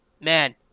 Man